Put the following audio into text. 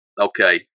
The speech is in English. okay